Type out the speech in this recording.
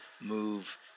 move